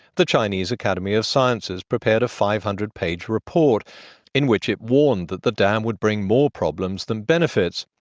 the chinese academy of sciences prepared a five hundred page report in which it warned that the dam would bring more problems than benefits.